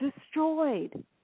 destroyed